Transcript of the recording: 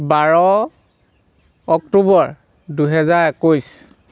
বাৰ October দুই হাজাৰ একৈছ